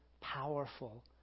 powerful